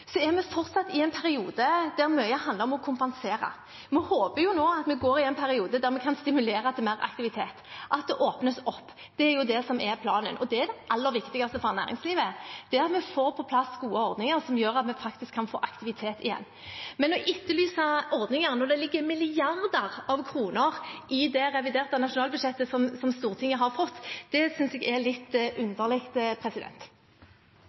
er vi fortsatt i en periode der mye handler om å kompensere. Vi håper jo nå at vi går inn i en periode der vi kan stimulere til mer aktivitet, og at det åpnes opp. Det er det som er planen. Det er det aller viktigste for næringslivet – at vi får på plass gode ordninger som gjør at vi faktisk kan få aktivitet igjen. Men å etterlyse ordninger når det ligger milliarder av kroner i det reviderte nasjonalbudsjettet som Stortinget har fått, det synes jeg er litt